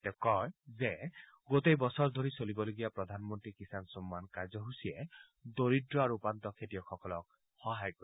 তেওঁ কয় যে গোটেই বছৰ ধৰি চলিবলগীয়া প্ৰধানমন্ত্ৰী কিষাণ সন্মান কাৰ্যসুচীয়ে দৰিদ্ৰ আৰু উপান্ত খেতিয়কসকলক সহায় কৰিব